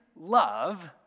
love